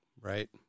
Right